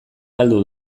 galdu